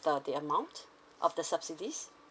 the the amount of the subsidies